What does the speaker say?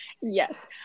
Yes